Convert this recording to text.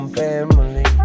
family